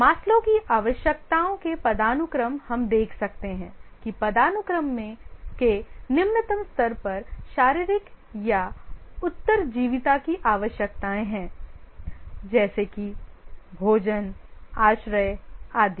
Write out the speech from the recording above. Maslow की आवश्यकताओं की पदानुक्रम हम देख सकते हैं कि पदानुक्रम के निम्नतम स्तर पर शारीरिक या उत्तरजीविता की आवश्यकताएं हैं जैसे कि भोजन आश्रय आदि